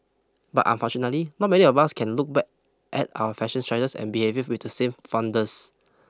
but unfortunately not many of us can look back at our fashion choices and behaviour with the same fondness